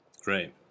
Great